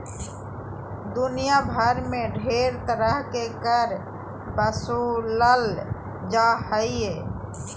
दुनिया भर मे ढेर तरह के कर बसूलल जा हय